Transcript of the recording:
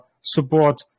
support